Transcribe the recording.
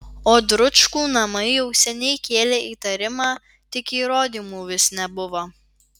o dručkų namai jau seniai kėlė įtarimą tik įrodymų vis nebuvo